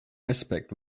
aspect